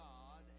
God